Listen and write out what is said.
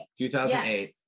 2008